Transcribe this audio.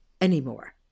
anymore